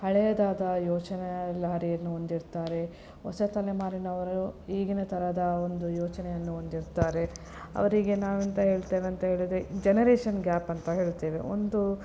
ಹಳೆಯದಾದ ಯೋಚನಾಲಹರಿಯನ್ನು ಹೊಂದಿರ್ತಾರೆ ಹೊಸ ತಲೆಮಾರಿನವರು ಈಗಿನ ಥರದ ಒಂದು ಯೋಚನೆಯನ್ನು ಹೊಂದಿರ್ತಾರೆ ಅವರಿಗೆ ನಾವು ಎಂಥ ಹೇಳ್ತೇವೆ ಅಂತ ಹೇಳಿದ್ರೆ ಜನರೇಷನ್ ಗ್ಯಾಪ್ ಅಂತ ಹೇಳ್ತೇವೆ ಒಂದು